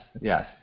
yes